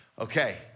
Okay